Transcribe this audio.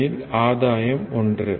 ஏனெனில் ஆதாயம் ஒன்று